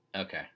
Okay